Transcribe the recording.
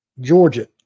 Georgia